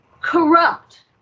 corrupt